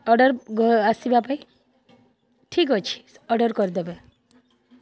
order ଆସିବା ପାଇଁ ଠିକ୍ ଅଛି ଅର୍ଡର୍ କରିଦେବେ